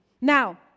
Now